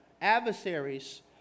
adversaries